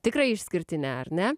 tikrai išskirtinė ar ne